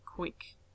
Quick